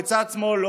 בצד שמאל?